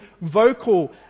vocal